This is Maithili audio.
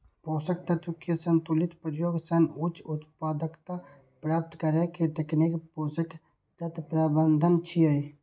पोषक तत्व के संतुलित प्रयोग सं उच्च उत्पादकता प्राप्त करै के तकनीक पोषक तत्व प्रबंधन छियै